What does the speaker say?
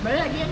well ya